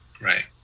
right